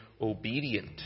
obedient